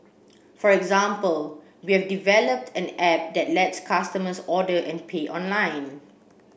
for example we have developed an app that lets customers order and pay online